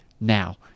Now